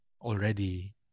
already